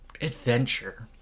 adventure